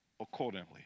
accordingly